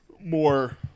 more